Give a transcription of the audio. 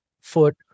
foot